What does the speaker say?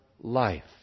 life